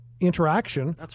interaction